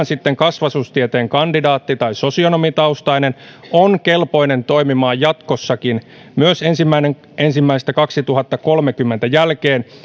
sitten kasvatustieteen kandidaatti tai sosionomitaustainen on kelpoinen toimimaan jatkossakin myös päivämäärän ensimmäinen ensimmäistä kaksituhattakolmekymmentä jälkeen